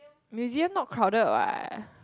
museum not crowded what